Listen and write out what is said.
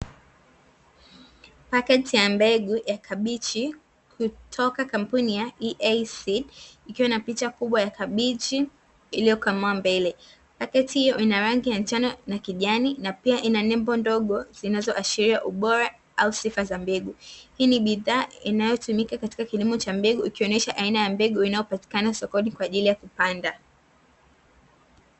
Paketi ya mbegu ya kabichi kutoka kampuni ya (EASEED) ikiwa na picha kubwa ya kabichi iliyokomaa. Mbele pakiti hiyo ina rangi ya njano na kijani na pia ina nembo ndogo zinazoashiria ubora au sifa za mbegu. Hii ni bidhaa inayotumika katika kilimo cha mbegu ikionyesha aina ya mbegu inayopatikana sokoni kwa ajili ya kupanda.